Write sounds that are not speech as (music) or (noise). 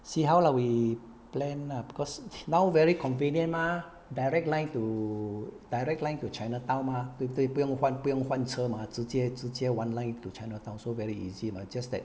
see how lah we plan lah because (noise) now very convenient mah direct line to direct line to chinatown mah 对不对不用换不用换车吗直接直接 one line to chinatown so very easy mah just that